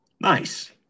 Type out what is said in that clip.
Nice